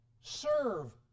serve